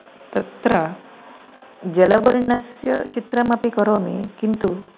तत्र जलवर्णस्य चित्रमपि करोमि किन्तु